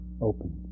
open